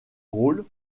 rôles